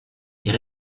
est